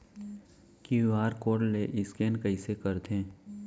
QR code ले scan कइसे करथे?